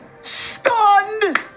Stunned